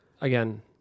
again